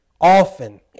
often